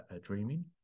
dreaming